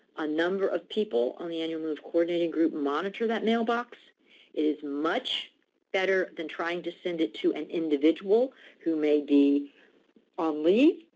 a number of people on the annual move coordinating group monitor that mailbox. it is much better than trying to send it to an individual who may be on leave,